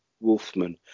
wolfman